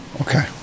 Okay